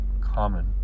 common